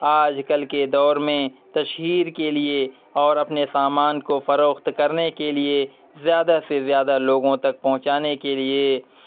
آج کل کے دور میں تشہیر کے لیے اور اپنے سامان کو فروخت کرنے کے لیے زیادہ سے زیادہ لوگوں تک پہنچانے کے لیے